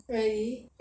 really